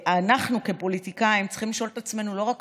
ואנחנו כפוליטיקאים צריכים לשאול את עצמנו לא רק